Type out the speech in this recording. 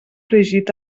fregit